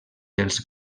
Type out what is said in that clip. dels